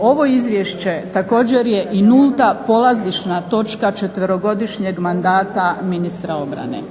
Ovo izvješće također je i nulta polazišna točka četverogodišnjeg mandata ministra obrane.